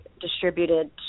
distributed